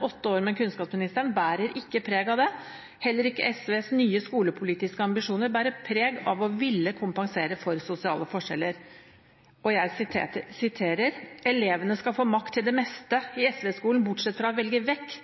åtte år med kunnskapsministeren bærer ikke preg av det. Heller ikke SVs nye skolepolitiske ambisjoner bærer preg av å ville kompensere for sosiale forskjeller: «Elevene skal få makt til det meste i SV-skolen. Bortsett fra å velge vekk